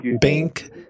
bank